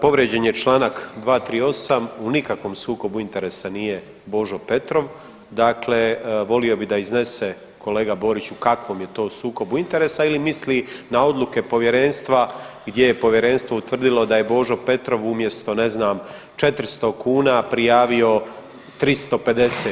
Pa povrijeđen je čl. 238., u nikakvom sukobu interesa nije Božo Petrov, dakle, volio bi da iznese kolega Borić u kakvom je to sukobu interesa ili misli na odluke povjerenstva gdje je povjerenstvo utvrdilo da je Božo Petrov umjesto ne znam, 400 kn prijavio 350?